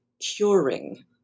curing